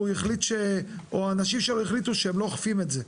החליט או האנשים שלו החליטו שהם לא אוכפים את זה?